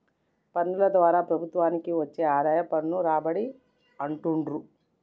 పన్నుల ద్వారా ప్రభుత్వానికి వచ్చే ఆదాయం పన్ను రాబడి అంటుండ్రు